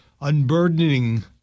unburdening